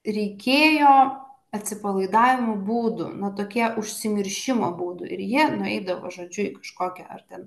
reikėjo atsipalaidavimo būdų na tokia užsimiršimo būdų ir jie nueidavo žodžiu kažkokią ar ten